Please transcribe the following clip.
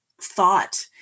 thought